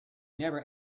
never